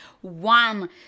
one